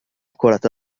كرة